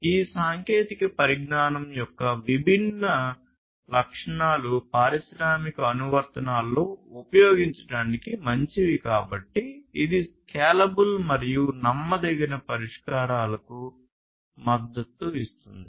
ఈ సాంకేతిక పరిజ్ఞానం యొక్క విభిన్న లక్షణాలు పారిశ్రామిక అనువర్తనాలలో ఉపయోగించడానికి మంచివి కాబట్టి ఇది స్కేలబుల్ మరియు నమ్మదగిన పరిష్కారాలకు మద్దతు ఇస్తుంది